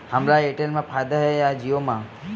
हमला एयरटेल मा फ़ायदा हे या जिओ मा?